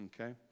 okay